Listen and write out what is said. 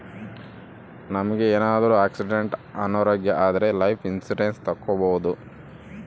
ನಮ್ಗೆ ಏನಾದ್ರೂ ಆಕ್ಸಿಡೆಂಟ್ ಅನಾರೋಗ್ಯ ಆದ್ರೆ ಲೈಫ್ ಇನ್ಸೂರೆನ್ಸ್ ತಕ್ಕೊಬೋದು